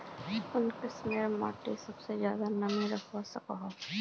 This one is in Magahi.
कुन किस्मेर माटी सबसे ज्यादा नमी रखवा सको हो?